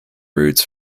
roots